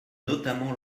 notamment